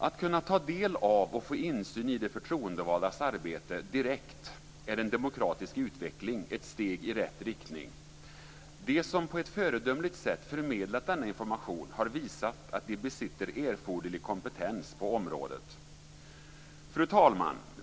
Att kunna ta del av och få insyn i de förtroendevaldas arbete direkt är en demokratisk utveckling och ett steg i rätt riktning. De som på ett föredömligt sätt förmedlat denna information har visat att de besitter erforderlig kompetens på området. Fru talman!